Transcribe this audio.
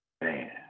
Man